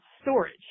storage